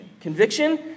Conviction